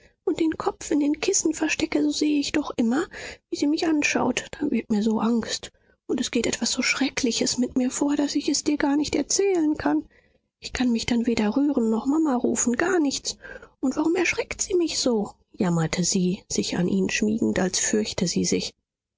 und den kopf in den kissen verstecke so sehe ich doch immer wie sie mich anschaut dann wird mir so angst und es geht etwas so schreckliches mit mir vor daß ich es dir gar nicht erzählen kann ich kann mich dann weder rühren noch mama rufen gar nichts und warum erschreckt sie mich so jammerte sie sich an ihn schmiegend als fürchte sie sich